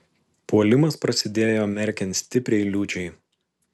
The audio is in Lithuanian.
puolimas prasidėjo merkiant stipriai liūčiai